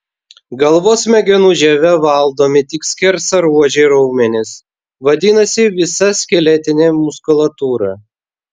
galvos smegenų žieve valdomi tik skersaruožiai raumenys vadinasi visa skeletinė muskulatūra